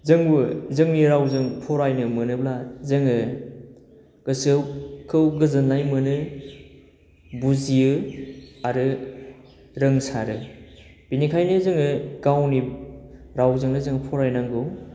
जोंबो जोंनि रावजों फरायनो मोनोब्ला जोङो गोसोखौ गोजोन्नाय मोनो बुजियो आरो रोंसारो बिनिखायनो जोङो गावनि रावजोंनो जों फरायनांगौ